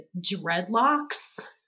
dreadlocks